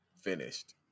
Finished